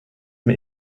mir